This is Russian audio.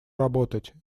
работать